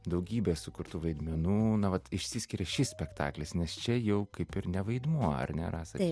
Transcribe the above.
daugybės sukurtų vaidmenų na vat išsiskiria šis spektaklis nes čia jau kaip ir ne vaidmuo ar ne rasa